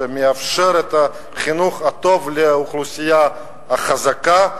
שמאפשר את החינוך הטוב לאוכלוסייה החזקה,